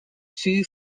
two